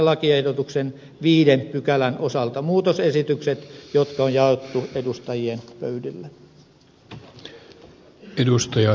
lakiehdotuksen viiden pykälän osalta muutosesitykset jotka on jaettu edustajien pöydille